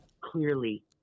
clearly